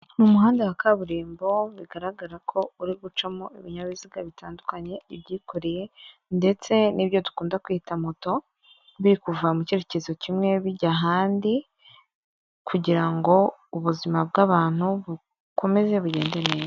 Mu umuhanda wa kaburimbo bigaragara ko uri gucamo ibinyabiziga bitandukanye, ibyikoreye ndetse n'ibyo dukunda kwita moto, biri kuva mu cyerekezo kimwe bijya ahandi, kugirango ubuzima bw'abantu bukomeze bugende neza.